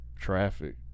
traffic